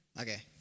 Okay